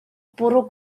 bwrw